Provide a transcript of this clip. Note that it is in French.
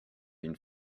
une